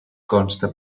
consta